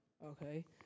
Okay